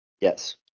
Yes